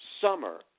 Summer